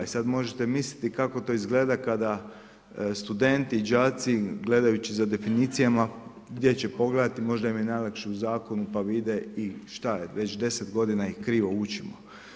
I sad možete misliti kako to izgleda kada studenti, đaci gledajući za definicijama, gdje će pogledati, možda im je najlakše u zakonu, pa vide i šta je, već 10 g. ih krivo učimo.